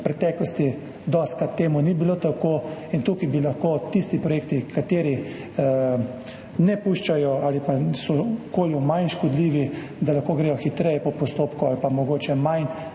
preteklosti dostikrat ni bilo tako in tukaj bi lahko tisti projekti, ki ne puščajo ali so okolju manj škodljivi, šli hitreje po postopku ali mogoče manj